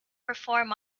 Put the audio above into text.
perform